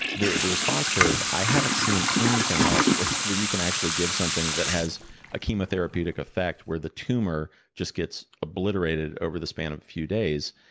the the response curve. i haven't seen anything else where where you can actually give something that has a chemotherapeutic effect, where the tumor just gets obliterated over the span of a few days,